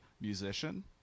musician